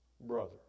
brother